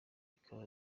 bikaba